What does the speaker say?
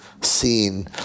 seen